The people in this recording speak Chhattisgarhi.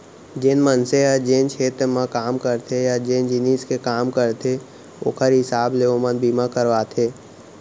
जेन मनसे ह जेन छेत्र म काम करथे या जेन जिनिस के काम करथे ओकर हिसाब ले ओमन बीमा करवाथें